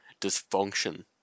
dysfunction